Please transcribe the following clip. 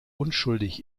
unschuldig